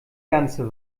ganze